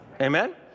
Amen